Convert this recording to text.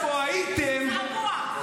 צבוע.